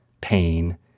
pain